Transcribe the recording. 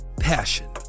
Passion